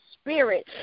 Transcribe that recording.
spirit